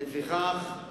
לפיכך,